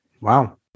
Wow